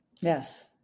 Yes